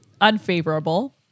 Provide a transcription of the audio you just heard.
unfavorable